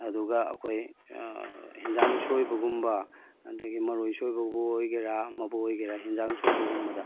ꯑꯗꯨꯒ ꯑꯩꯈꯣꯏ ꯍꯦꯟꯖꯥꯡ ꯁꯣꯏꯕꯒꯨꯝꯕ ꯑꯗꯒꯤ ꯃꯔꯣꯏ ꯁꯣꯏꯕꯕꯨ ꯑꯣꯏꯒꯦꯔꯥ ꯑꯃꯕꯨ ꯑꯣꯏꯒꯦꯔꯥ ꯍꯦꯟꯖꯥꯡ ꯁꯣꯏꯕꯒꯨꯝꯕꯗ